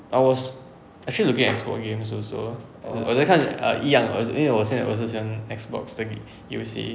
I was actually looking at X box games also 我在看一样的因为我现在还是喜欢 X box 的游戏